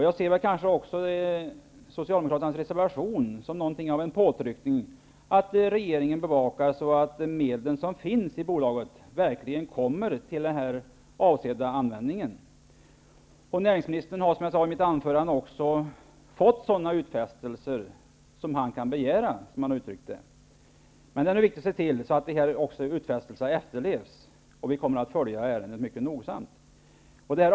Jag ser kanske socialdemokraternas reservation som något av en påtryckning på regeringen att bevaka frågan, så att de medel som finns i bolaget verkligen kommer till den avsedda användningen. Näringsministern har också, som jag sade i mitt anförande, fått de utfästelser han rimligen kan begära, som han uttryckte det. Nu är det viktigt att se till att dessa utfästelser också uppfylls, och vi kommer att följa ärendet mycket noga.